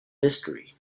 mystery